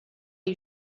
you